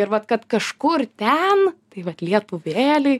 ir vat kad kažkur ten tai vat lietuvėlėj